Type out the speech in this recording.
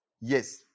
Yes